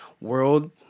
world